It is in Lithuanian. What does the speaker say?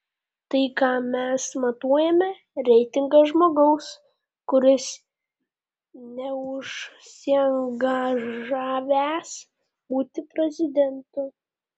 tai ką mes matuojame reitingas žmogaus kuris neužsiangažavęs būti prezidentu